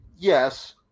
Yes